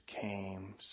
came